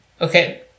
Okay